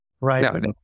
right